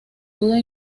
duda